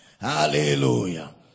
Hallelujah